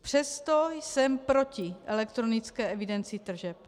Přesto jsem proti elektronické evidenci tržeb.